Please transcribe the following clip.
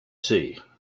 tea